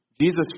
Jesus